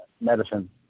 medicine